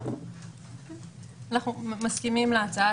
אנחנו מסכימים להצעה,